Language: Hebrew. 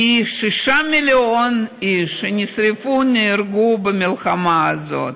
שישה מיליון איש שנשרפו ונהרגו במלחמה הזאת,